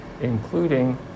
including